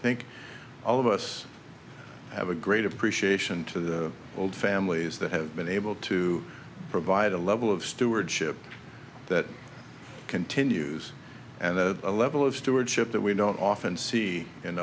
think all of us have a great appreciation to the old families that have been able to provide a level of stewardship that continues and a level of stewardship that we don't often see in